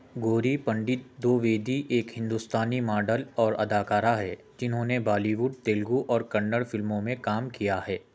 گوری پنڈت دوویڈی ایک ہندوستانی ماڈل اور اداکارہ ہے جنہوں نے بالی ووڈ تیلگو اور کنڑ فلموں میں کام کیا ہے